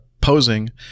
posing